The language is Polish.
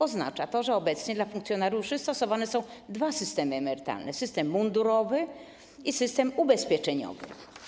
Oznacza to, że obecnie dla funkcjonariuszy stosowane są dwa systemy emerytalne: system mundurowy i system ubezpieczeniowy.